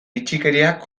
bitxikeriak